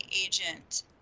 agent